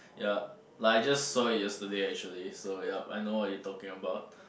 ya like I just saw it yesterday actually so yup I know what you talking about